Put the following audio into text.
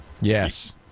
Yes